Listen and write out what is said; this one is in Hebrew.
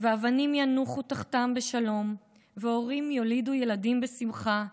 ואבנים ינוחו תחתם בשלום / והורים יולידו ילדים בשמחה,